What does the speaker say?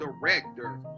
director